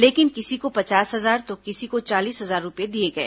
लेकिन किसी को पचास हजार तो किसी को चालीस हजार रूपये दिए गए